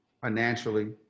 financially